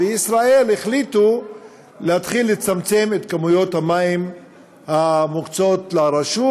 וישראל החליטו להתחיל לצמצם את כמויות המים המוקצות לרשות.